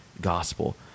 gospel